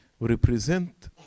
represent